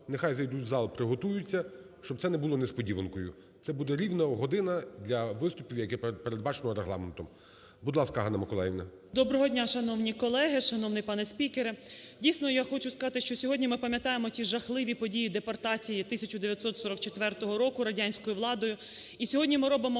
Доброго дня, шановні колеги, шановний пане спікере! Дійсно, я хочу сказати, що сьогодні ми пам'ятаємо ті жахливі події депортації 1944 року радянською владою. І сьогодні ми робимо